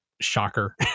shocker